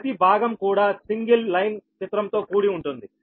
ప్రతి భాగం కూడా సింగిల్ లైన్ చిత్రం తో కూడి ఉంటుంది